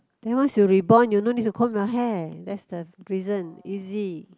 then once you rebond you no need to comb your hair that's the reason easy